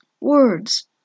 words